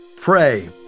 pray